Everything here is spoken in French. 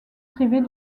privées